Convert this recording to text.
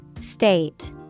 State